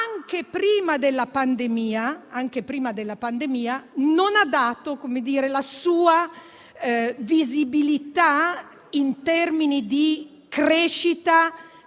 anche prima della pandemia non ha dato la sua visibilità in termini di crescita